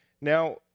Now